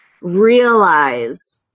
realize